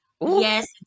Yes